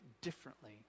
differently